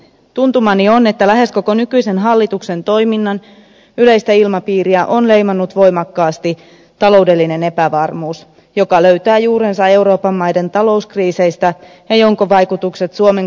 tuntumani on että lähes koko nykyisen hallituksen toiminnan yleistä ilmapiiriä on leimannut voimakkaasti taloudellinen epävarmuus joka löytää juurensa euroopan maiden talouskriiseistä ja jonka vaikutukset suomen kuluttajiin tunnistamme